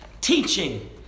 Teaching